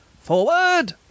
FORWARD